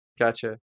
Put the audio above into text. Gotcha